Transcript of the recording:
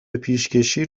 پیشکشی